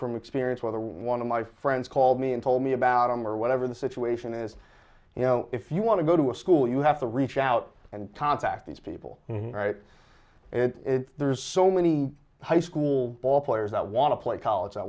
from experience whether one of my friends called me and told me about him or whatever the situation is you know if you want to go to a school you have to reach out and contact these people right and there's so many high school ball players that want to play college i